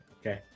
Okay